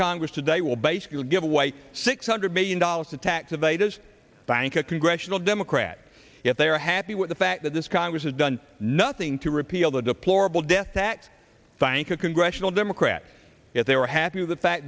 congress today will basically give away six hundred million dollars to tax evaders bank a congressional democrat if they are happy with the fact that this congress has done nothing to repeal the deplorable death that sank a congressional democrat if they were happy that th